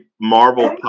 Marvel